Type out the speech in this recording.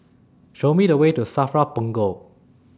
Show Me The Way to SAFRA Punggol